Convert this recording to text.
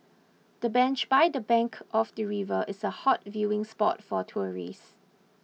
the bench by the bank of the river is a hot viewing spot for tourists